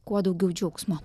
kuo daugiau džiaugsmo